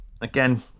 again